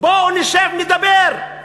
בואו נשב נדבר,